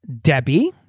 Debbie